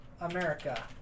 America